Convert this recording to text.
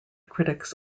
critics